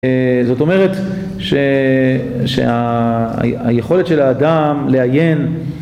זאת אומרת שהיכולת של האדם לעיין